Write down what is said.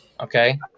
Okay